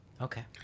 Okay